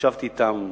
ישבתי אתם,